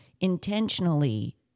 intentionally